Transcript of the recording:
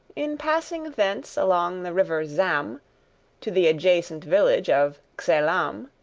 in passing thence along the river zam to the adjacent village of xelam,